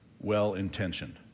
well-intentioned